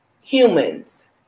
humans